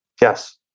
Yes